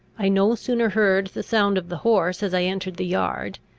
i no sooner heard the sound of the horse as i entered the yard,